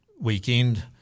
weekend